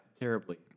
terribly